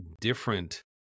different